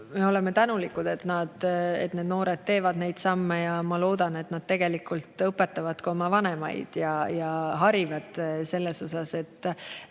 me oleme tänulikud, et noored teevad neid samme, ja ma loodan, et nad tegelikult õpetavad ka oma vanemaid ja harivad selles osas.